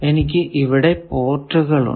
എനിക്ക് ഇവിടെ പോർട്ടുകൾ ഉണ്ട്